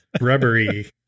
rubbery